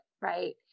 right